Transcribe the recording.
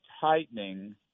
tightening